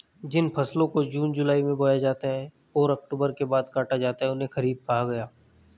जिन फसलों को जून जुलाई में बोया जाता है और अक्टूबर के बाद काटा जाता है उन्हें खरीफ कहा गया है